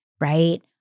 right